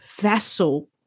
vessel